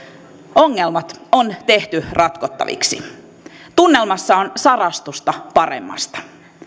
ongelmat on tehty ratkottaviksi tunnelmassa on sarastusta paremmasta